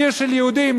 עיר של יהודים,